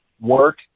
work